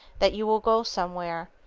that you will go somewhere,